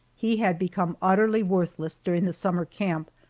he had become utterly worthless during the summer camp,